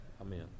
amen